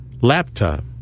laptop